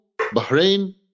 Bahrain